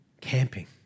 camping